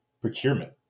Procurement